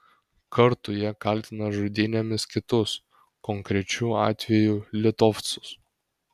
kartu jie kaltina žudynėmis kitus konkrečiu atveju litovcus